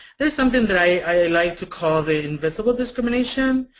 there's something that i like to call the invisible discrimination,